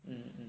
mm